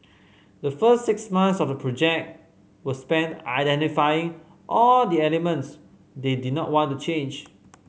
the first six months of the project were spent identifying all the elements they did not want to change